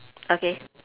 okay